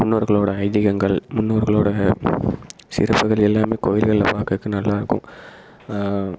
முன்னோர்களோடய ஐதீகங்கள் முன்னோர்களோடய சிறப்புகள் எல்லாமே கோவில்களில் பார்க்கறதுக்கு நல்லாயிருக்கும்